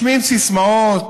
משמיעים סיסמאות: